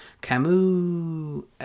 Camus